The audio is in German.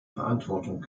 verantwortung